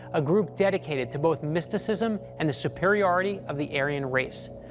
a group dedicated to both mysticism and the superiority of the aryan race.